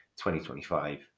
2025